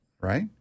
right